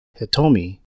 Hitomi